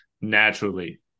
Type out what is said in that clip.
naturally